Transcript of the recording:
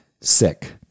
sick